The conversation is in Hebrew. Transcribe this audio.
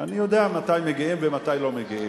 אני יודע מתי מגיעים ומתי לא מגיעים.